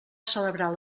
celebrar